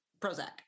Prozac